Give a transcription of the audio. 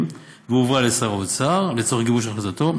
והועברה לשר האוצר לצורך גיבוש החלטתו.